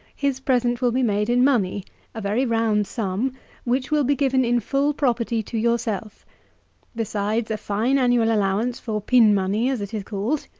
his present will be made in money a very round sum which will be given in full property to yourself besides a fine annual allowance for pin-money, as it is called.